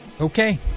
Okay